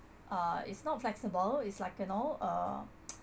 uh it's not flexible is like you know uh